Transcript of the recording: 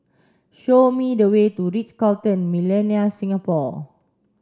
show me the way to The Ritz Carlton Millenia Singapore